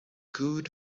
good